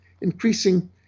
increasing